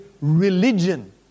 religion